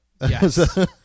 Yes